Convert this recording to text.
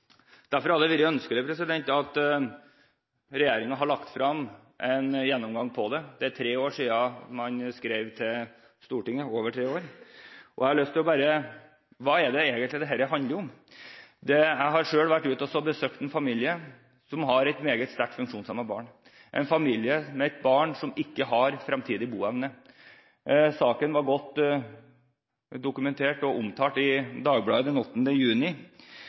Derfor hadde det vært ønskelig at regjeringen la frem en gjennomgang av dette. Det er over tre år siden man skrev det ovenstående til Stortinget. Jeg har lyst til å si hva dette egentlig handler om. Jeg har selv besøkt en familie som har et meget sterkt funksjonshemmet barn. Det er en familie med et barn som ikke har fremtidig boevne. Saken ble godt dokumentert og omtalt i Dagbladet den 8. juni.